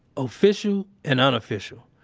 official and unofficial,